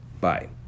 Bye